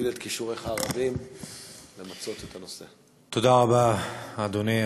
ההצעה להעביר את הנושא לוועדת הכלכלה נתקבלה.